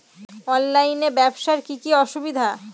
অনলাইনে ব্যবসার কি কি অসুবিধা?